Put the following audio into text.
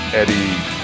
eddie